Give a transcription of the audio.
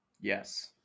Yes